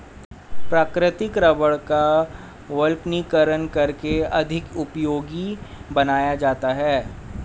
प्राकृतिक रबड़ का वल्कनीकरण करके अधिक उपयोगी बनाया जाता है